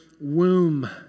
womb